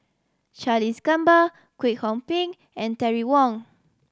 Charles Gamba Kwek Hong Png and Terry Wong